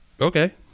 Okay